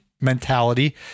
mentality